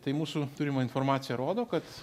tai mūsų turima informacija rodo kad